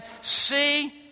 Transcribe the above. see